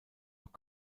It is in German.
noch